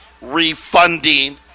refunding